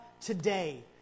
today